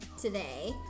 today